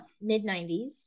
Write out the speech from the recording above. mid-90s